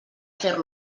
fer